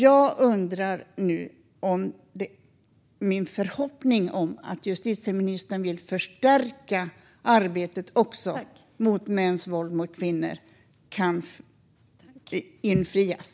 Kommer min förhoppning att justitieministern vill förstärka arbetet mot mäns våld mot kvinnor att infrias?